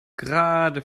gerade